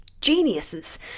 geniuses